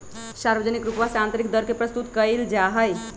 सार्वजनिक रूपवा से आन्तरिक दर के प्रस्तुत कइल जाहई